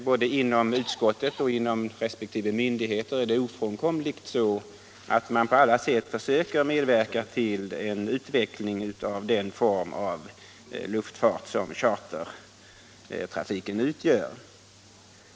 Både utskottet och resp. myndigheter försöker ovedersägligt medverka till en utveckling av den form av luftfart som chartertrafiken utgör.